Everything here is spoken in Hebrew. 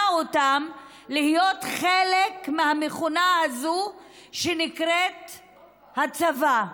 אותם להיות חלק מהמכונה הזאת שנקראת "הצבא".